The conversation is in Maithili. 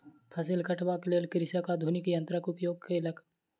फसिल कटबाक लेल कृषक आधुनिक यन्त्रक उपयोग केलक